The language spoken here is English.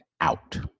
out